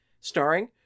Starring